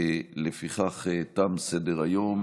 לפי כך, תם סדר-היום.